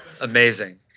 Amazing